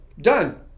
done